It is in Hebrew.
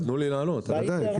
בוודאי.